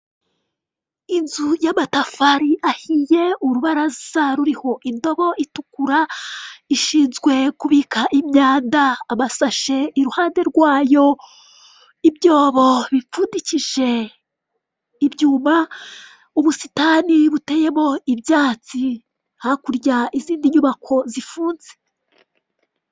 Inzu y' amatafari ahiye, urubaraza ruriho indobo itukura ishinzwe kubika imyanda, amashashi iruhande rwayo, ibyobo bipfundikije ibyuma, ubusitani buteyemo ibyatsi, hakurya izindi nyubako zifunze.